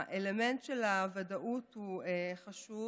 האלמנט של הוודאות הוא חשוב.